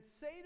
say